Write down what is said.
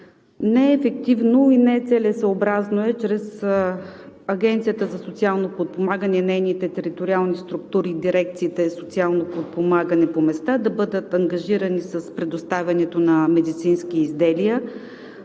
Неефективно и нецелесъобразно е Агенцията за социално подпомагане, нейните териториални структури и дирекциите за социално подпомагане по места да бъдат ангажирани с предоставянето на медицински изделия